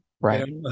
right